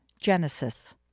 Genesis